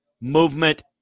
movement